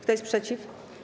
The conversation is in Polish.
Kto jest przeciw?